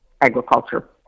agriculture